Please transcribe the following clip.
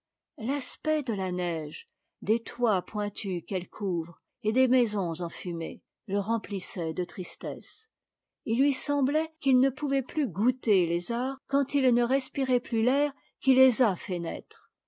l'aspect de la neige des toits pointus qu'elle couvre et des maisons enfumées le remplissait de tristesse il lui semblait qu'il ne pouvait plus goûter les arts quand il ne respirait plus l'air qui les a fait naître